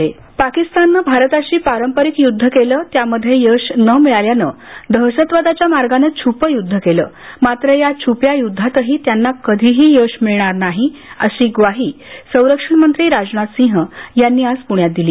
N D A पाकिस्ताननं भारताशी पारंपरिक युद्ध केलं त्यामध्ये यश न मिळाल्यानं दहशतवादाच्या मार्गानं छूप युद्ध केल मात्र या छूप्या युद्धातही त्यांना कधीही यश मिळणार नाही अशी ग्वाही संरक्षण मंत्री राजनाथ सिंह यांनी आज प्रण्यात दिली